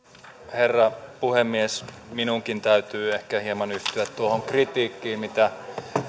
herra puhemies minunkin täytyy ehkä hieman yhtyä tuohon kritiikkiin mitä